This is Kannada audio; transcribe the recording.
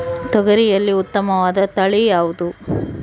ತೊಗರಿಯಲ್ಲಿ ಉತ್ತಮವಾದ ತಳಿ ಯಾವುದು?